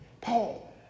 Paul